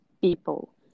people